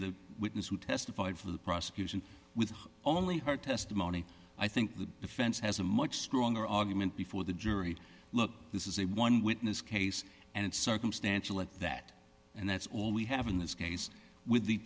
the witness who testified for the prosecution with only her testimony i think the defense has a much stronger argument before the jury look this is a one witness case and it's circumstantial at that and that's all we have in this case with the